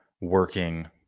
working